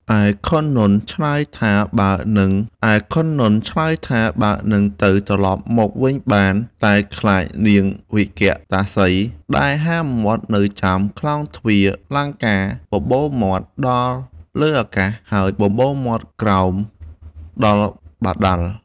ឯខុននន្ទ ឆ្លើយថាបើនឹងទៅត្រឡប់មកវិញបាន តែខ្លាចនាងវិកតាសី ដែលហាមាត់នៅចាំក្លោងទ្វារលង្កា បបូរមាត់លើដល់អាកាស ហើយបបូរមាត់ក្រោមដល់បាតាល។